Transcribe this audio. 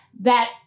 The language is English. that-